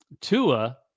Tua